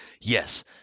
yes